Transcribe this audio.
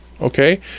Okay